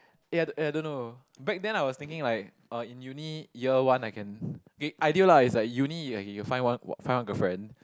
eh I I don't know back then I was thinking like uh uni year one I can ideal lah is like in uni eh you can find one find one girlfriend